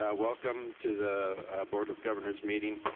ah welcome to the board of governors meeting.